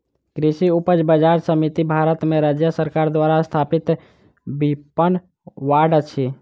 कृषि उपज बजार समिति भारत में राज्य सरकार द्वारा स्थापित विपणन बोर्ड अछि